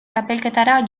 txapelketara